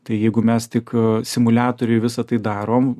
tai jeigu mes tik simuliatoriuj visa tai darom